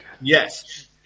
Yes